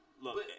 look